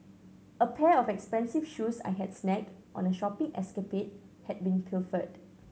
a pair of expensive shoes I had snagged on a shopping escapade had been pilfered